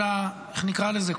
כל ה-איך נקרא לזה?